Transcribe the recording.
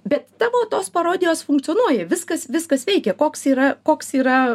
bet tavo tos parodijos funkcionuoja viskas viskas veikia koks yra koks yra